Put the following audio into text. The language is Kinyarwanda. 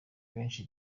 benshi